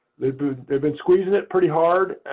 they've been they've been squeezing it pretty hard,